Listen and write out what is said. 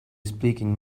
speaking